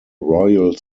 royal